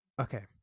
okay